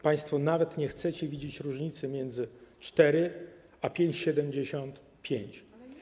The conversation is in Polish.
Państwo nawet nie chcecie widzieć różnicy między 4 a 5,75.